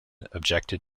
objected